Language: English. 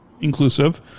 inclusive